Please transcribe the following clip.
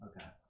Okay